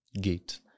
gate